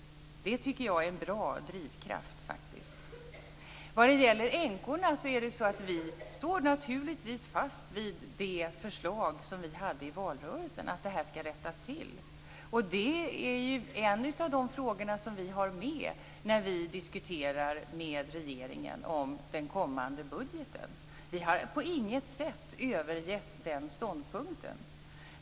Det tycker jag faktiskt är en bra drivkraft. Vad gäller änkorna står vi naturligtvis fast vid det förslag som vi förde fram i valrörelsen, att detta skall rättas till. Det är en av de frågor som vi har med när vi diskuterar med regeringen om den kommande budgeten. Vi har på intet sätt övergett den ståndpunkten.